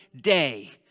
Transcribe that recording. day